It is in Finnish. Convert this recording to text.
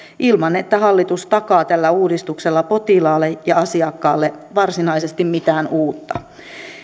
ilman että hallitus takaa tällä uudistuksella potilaalle ja asiakkaalle varsinaisesti mitään uutta